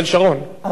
אריאל שרון.